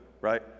right